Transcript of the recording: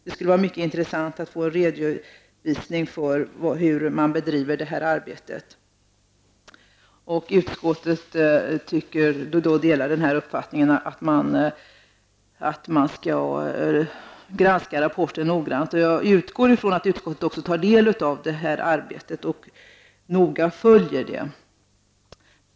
Det skulle vara mycket intressant att få en redovisning för hur man bedriver det arbetet. Utskottet delar uppfattningen att man skall granska rapporten noggrant. Jag utgår ifrån att utskottet också tar del av detta arbete och noga följer det.